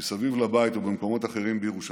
מסביב לבית ובמקומות אחרים בירושלים.